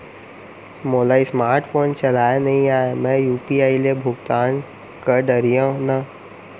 मोला smart phone चलाए नई आए मैं यू.पी.आई ले भुगतान कर डरिहंव न?